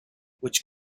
which